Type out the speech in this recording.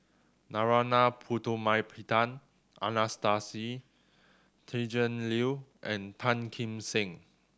Narana Putumaippittan Anastasia Tjendri Liew and Tan Kim Seng